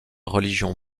religion